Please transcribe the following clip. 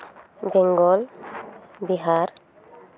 Bengal Bihar